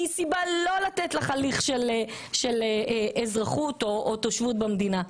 היא סיבה לא לתת לך הליך של אזרחות או תושבות במדינה.